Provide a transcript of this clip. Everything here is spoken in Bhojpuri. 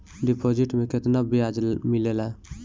डिपॉजिट मे केतना बयाज मिलेला?